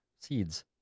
seeds